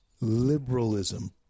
liberalism